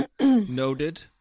noted